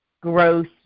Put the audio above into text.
growth